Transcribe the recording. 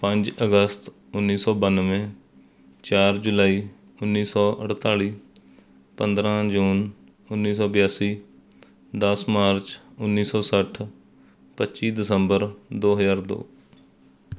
ਪੰਜ ਅਗਸਤ ਉੱਨੀ ਸੌ ਬਾਨਵੇਂ ਚਾਰ ਜੁਲਾਈ ਉੱਨੀ ਸੌ ਅਠਤਾਲੀ ਪੰਦਰਾਂ ਜੂਨ ਉੱਨੀ ਸੌ ਬਿਆਸੀ ਦਸ ਮਾਰਚ ਉੱਨੀ ਸੌ ਸੱਠ ਪੱਚੀ ਦਸੰਬਰ ਦੋ ਹਜ਼ਾਰ ਦੋ